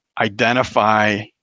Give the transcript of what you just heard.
identify